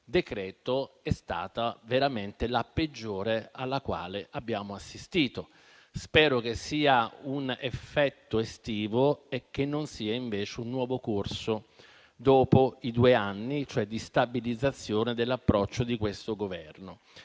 è stata veramente la peggiore alla quale abbiamo assistito. Spero che sia un effetto estivo e non invece un nuovo corso dopo i due anni, e cioè stabilizzazione dell'approccio di questo Governo.